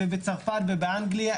בצרפת ואנגליה,